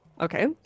Okay